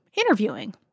interviewing